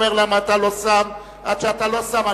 הוא אומר לי: עד שאתה לא שם,